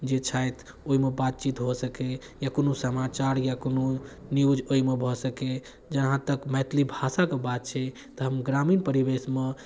जे छथि ओहिमे बात चित हो सके या कोनो समाचार या कोनो न्युज ओहिमे भऽ सकए जहाॅं तक मैथिली भाषाके बात छै तऽ हम ग्रामीण परिवेशमे